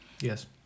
yes